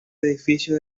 edificio